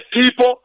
people